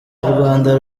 rwanda